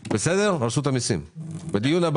הבדיקות לפני הדיון גם עם רשות המיסים וגם עם ביטוח לאומי.